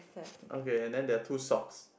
okay and then there are two socks